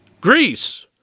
Greece